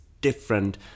different